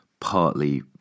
partly